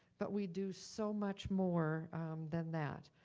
but we do so much more than that.